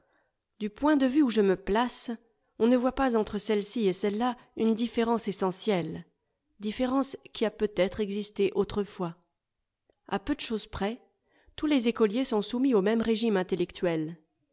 du point de vue où je me place on ne voit pas entre celle-ci et celle-là une différence essentielle différence qui a peut-être existé autrefois a peu de chose près tous les écoliers sont soumis au même régime intellectuel